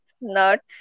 nuts